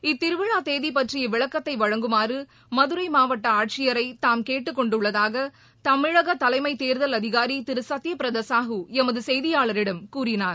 இத்திருவிழா தேதி பற்றிய விளக்கத்தை வழங்குமாறு மதுரை மாவட்ட ஆட்சியரை தாம் கேட்டுக் கொண்டுள்ளதாக தமிழக தலைமை தேர்தல் அதிகாரி திரு சத்திய பிரத சாஹு எமது செய்தியாளரிடம் கூறினார்